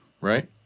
right